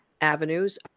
avenues